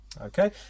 Okay